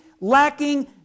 lacking